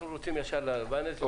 אנחנו רוצים ישר ולעניין.